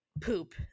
Poop